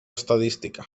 estadística